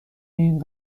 این